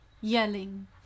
Yelling